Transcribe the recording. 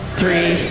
three